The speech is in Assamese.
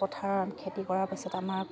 পথাৰ খেতি কৰাৰ পিছত আমাৰ